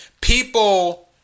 People